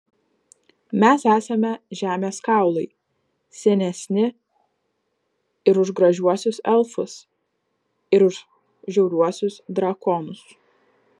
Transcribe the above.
mes esame žemės kaulai senesni ir už gražiuosius elfus ir už žiauriuosius drakonus